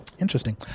interesting